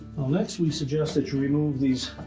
next, we suggest that you remove these